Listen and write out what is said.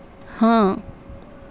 ہاں